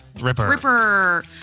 Ripper